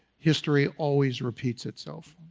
history always repeats itself,